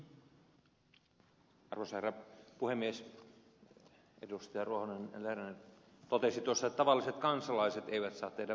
ruohonen lerner totesi tuossa että tavalliset kansalaiset eivät saa tehdä vähennyksiä